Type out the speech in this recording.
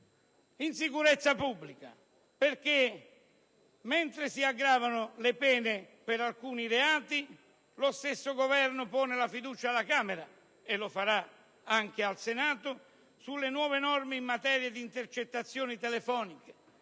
insicurezza pubblica, perché mentre si aggravano le pene per alcuni reati lo stesso Governo pone la fiducia alla Camera, e lo farà anche al Senato, sulle nuove norme in materia di intercettazioni telefoniche,